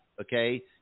Okay